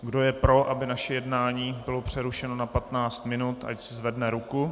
Kdo je pro, aby naše jednání bylo přerušeno na 15 minut, ať zvedne ruku.